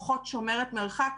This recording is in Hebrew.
פחות שומרת מרחק,